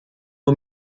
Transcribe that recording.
eus